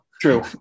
True